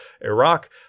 Iraq